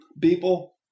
people